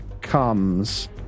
comes